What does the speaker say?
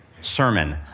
Sermon